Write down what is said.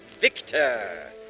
Victor